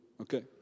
Okay